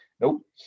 Nope